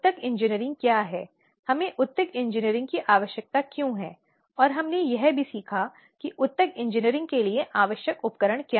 यदि नियोक्ता की ओर से अपनी जिम्मेदारियों के निर्वहन में विफलता है तो दंड भी हैं जो अधिनियम में निर्धारित हैं